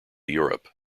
europe